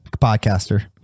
Podcaster